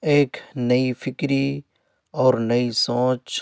ایک نئی فکری اور نئی سوچ